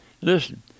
listen